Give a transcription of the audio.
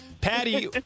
Patty